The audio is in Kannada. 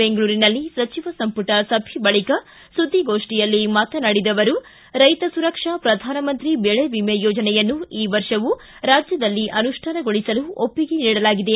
ಬೆಂಗಳೂರಿನಲ್ಲಿ ಸಚಿವ ಸಂಪುಟ ಸಭೆ ಬಳಿಕ ಸುಧಿಗೋಷ್ಟಿಯಲ್ಲಿ ಮಾತನಾಡಿದ ಅವರು ರೈತ ಸುರಕ್ಷಾ ಪ್ರಧಾನಮಂತ್ರಿ ಬೆಳೆ ವಿಮೆ ಯೋಜನೆಯನ್ನು ಈ ವರ್ಷವೂ ರಾಜ್ಯದಲ್ಲಿ ಅನುಷ್ಠಾನಗೊಳಿಸಲು ಒಪ್ಪಿಗೆ ನೀಡಲಾಗಿದೆ